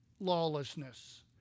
lawlessness